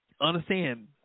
understand